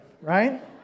right